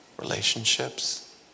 Relationships